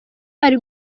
ari